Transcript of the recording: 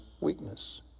weakness